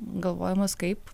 galvojimas kaip